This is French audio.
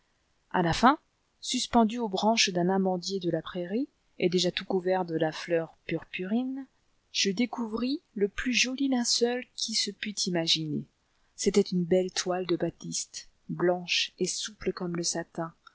à la fin suspendu aux branches d'un amandier de la prairie et déjà tout couvert de la fleur purpurine je découvris le plus joli linceul qui se pût imaginer c'était une belle toile de batiste blanche et souple comme le satin